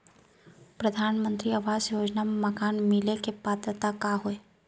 परधानमंतरी आवास योजना मा मकान मिले के पात्रता का हे?